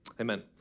amen